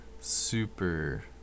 super